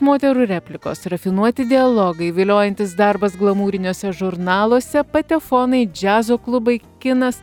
moterų replikos rafinuoti dialogai viliojantis darbas glamūriniuose žurnaluose patefonai džiazo klubai kinas